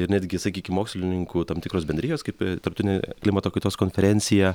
ir netgi sakykim mokslininkų tam tikros bendrijos kaip tarptautinė klimato kaitos konferencija